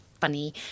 funny